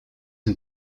een